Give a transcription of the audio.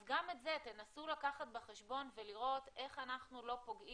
אז גם את זה תנסו לקחת בחשבון ולראות איך אנחנו לא פוגעים